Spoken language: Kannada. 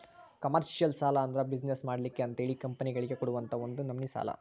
ಕಾಮರ್ಷಿಯಲ್ ಸಾಲಾ ಅಂದ್ರ ಬಿಜನೆಸ್ ಮಾಡ್ಲಿಕ್ಕೆ ಅಂತಹೇಳಿ ಕಂಪನಿಗಳಿಗೆ ಕೊಡುವಂತಾ ಒಂದ ನಮ್ನಿ ಸಾಲಾ